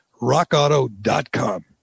rockauto.com